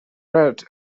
read